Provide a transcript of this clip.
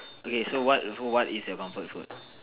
okay so what so what is your comfort food